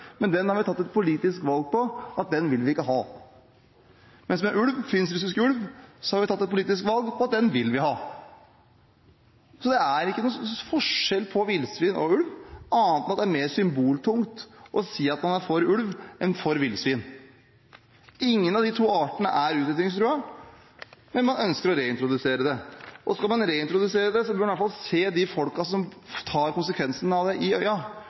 men den har vi tatt et politisk valg om at vi ikke vil ha. Men når det gjelder finsk-russisk ulv, har vi tatt et politisk valg om at den vil vi ha. Det er ikke noen forskjell på villsvin og ulv annet enn at det er mer symboltungt å si at man er for ulv enn for villsvin. Ingen av de to artene er utryddingstruet, men man ønsker å reintrodusere dem. Og skal man reintrodusere dem, bør man i hvert fall kunne se de folkene som tar konsekvensen av det, i